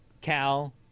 Cal